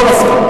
לא מסכים.